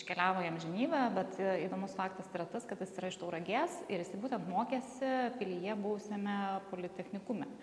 iškeliavo į amžinybę bet įdomus faktas yra tas kad jis yra iš tauragės ir jisai būtent mokėsi pilyje buvusiame politechnikume